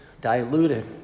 diluted